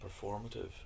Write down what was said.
performative